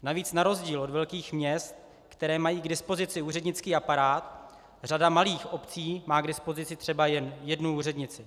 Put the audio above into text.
Navíc na rozdíl od velkých měst, která mají k dispozici úřednický aparát, řada malých obcí má k dispozici třeba jen jednu úřednici.